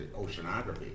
oceanography